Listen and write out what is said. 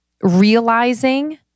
realizing